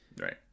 Right